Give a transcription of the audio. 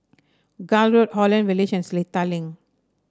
Gul Road Holland Village and Seletar Link